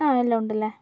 ആ എല്ലാം ഉണ്ടല്ലേ